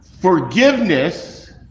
forgiveness